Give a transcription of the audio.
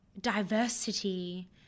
diversity